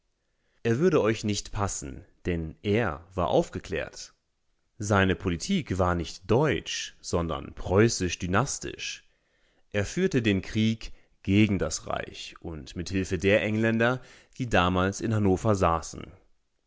er würde euch nicht passen denn er war aufgeklärt seine politik war nicht deutsch sondern preußisch-dynastisch er führte den krieg gegen das reich und mit hilfe der engländer die damals in hannover saßen